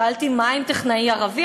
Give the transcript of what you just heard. שאלתי: מה עם טכנאי ערבי?